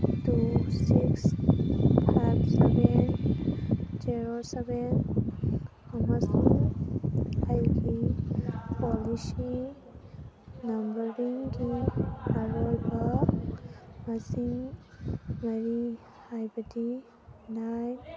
two six five seven zero seven ꯑꯃꯁꯨꯡ ꯑꯩꯒꯤ policy ꯅꯝꯕꯔꯤꯡꯒꯤ ꯑꯔꯣꯏꯕ ꯃꯁꯤꯡ ꯃꯔꯤ ꯍꯥꯏꯕꯗꯤ ꯅꯥꯏꯟ